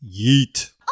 yeet